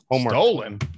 Stolen